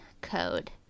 code